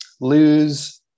lose